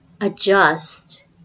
adjust